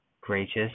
gracious